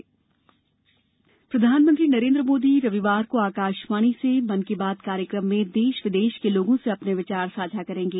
मन की बात प्रधानमंत्री नरेन्द्र मोदी रविवार को आकाशवाणी से मन की बात कार्यक्रम में देश विदेश के लोगों से अपने विचार साझा करेंगे